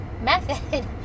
method